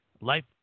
Life